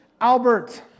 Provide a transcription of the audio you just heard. Albert